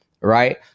right